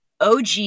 OG